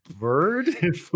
bird